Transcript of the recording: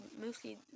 mostly